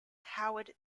howard